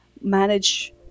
manage